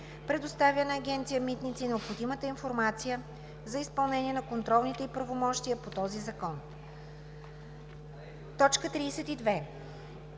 предоставя на Агенция „Митници“ необходимата информация за изпълнение на контролните ѝ правомощия по този закон.“ 32.